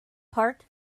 park